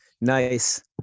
Nice